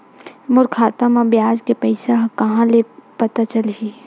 मोर खाता म ब्याज के पईसा ह कहां ले पता चलही?